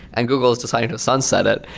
and google is deciding to sunset it.